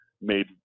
made